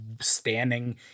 standing